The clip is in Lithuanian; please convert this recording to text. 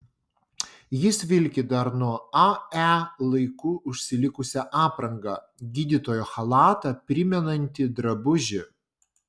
jis vilki dar nuo ae laikų užsilikusią aprangą gydytojo chalatą primenantį drabužį